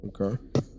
Okay